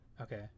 Okay